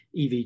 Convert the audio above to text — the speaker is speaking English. EV